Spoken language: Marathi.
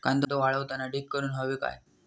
कांदो वाळवताना ढीग करून हवो काय?